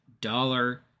dollar